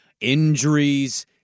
injuries